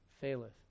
faileth